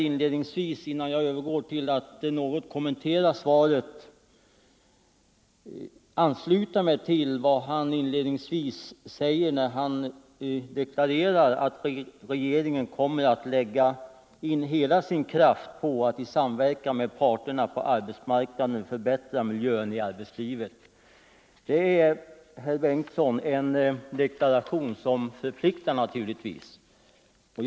Innan jag övergår till att något kommentera svaret kan jag anknyta till vad herr Bengtsson inledningsvis deklarerar, att regeringen kommer att lägga in hela sin kraft på att i samverkan med parterna på arbetsmarknaden förbättra miljön i arbetslivet. Det är, herr Bengtsson, en deklaration som naturligtvis förpliktar.